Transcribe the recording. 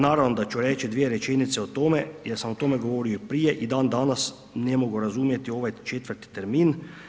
Naravno da ću reći dvije rečenice o tome, jer sam o tome govorio i prije, i dan danas ne mogu razumjeti ovaj četvrti termin.